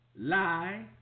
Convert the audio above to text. Lie